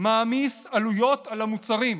מעמיס עלויות על המוצרים,